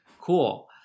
cool